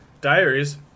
Diaries